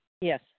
Yes